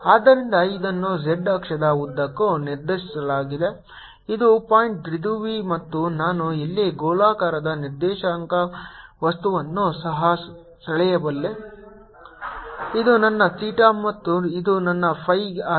ಆದ್ದರಿಂದ ಇದನ್ನು z ಅಕ್ಷದ ಉದ್ದಕ್ಕೂ ನಿರ್ದೇಶಿಸಲಾಗಿದೆ ಇದು ಪಾಯಿಂಟ್ ದ್ವಿಧ್ರುವಿ ಮತ್ತು ನಾನು ಇಲ್ಲಿ ಗೋಳಾಕಾರದ ನಿರ್ದೇಶಾಂಕ ವ್ಯವಸ್ಥೆಯನ್ನು ಸಹ ಸೆಳೆಯಬಲ್ಲೆ ಇದು ನನ್ನ ಥೀಟಾ ಮತ್ತು ಇದು ನನ್ನ phi ಆಗಿದೆ